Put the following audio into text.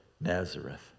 Nazareth